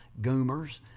goomers